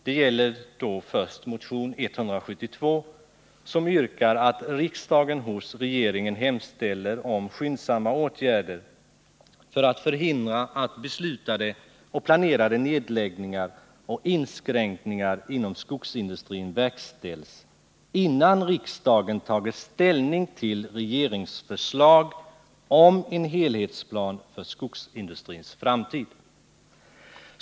Det gäller först motion 172, som yrkar att riksdagen hos regeringen hemställer om skyndsamma åtgärder för att förhindra att beslutade och planerade nedläggningar och inskränkningar inom skogsindustrin verkställs innan riksdagen tagit ställning till regeringens förslag om en helhetsplan för skogsindustrins framtid.